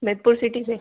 Medhpur city से